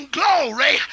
glory